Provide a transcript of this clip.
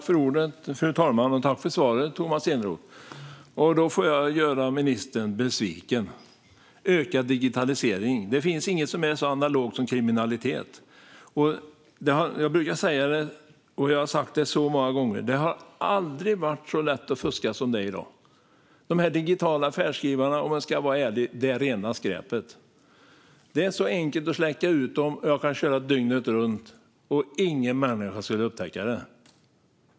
Fru talman! Jag tackar Tomas Eneroth för svaret. Jag får göra ministern besviken. När det gäller ökad digitalisering finns det ingenting som är så analogt som kriminalitet. Jag har många gånger sagt att det aldrig har varit så lätt att fuska som det är i dag. Dessa digitala färdskrivare är rena skräpet, om jag ska vara ärlig. Det är så enkelt att släcka ned dem, och man kan köra dygnet runt utan att någon människa upptäcker det.